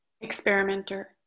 Experimenter